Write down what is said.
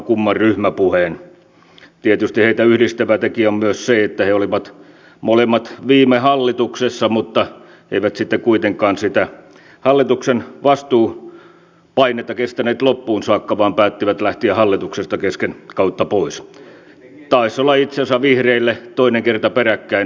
tietysti heitä yhdistävä tekijä on myös se että he olivat molemmat viime hallituksessa mutta eivät sitten kuitenkaan sitä hallituksen vastuupainetta kestäneet loppuun saakka vaan päättivät lähteä hallituksesta kesken kautta pois taisi olla itse asiassa vihreille toinen kerta peräkkäin hallitusvastuussa